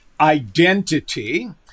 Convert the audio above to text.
identity